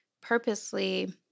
purposely